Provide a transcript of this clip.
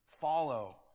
follow